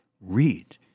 read